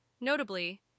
Notably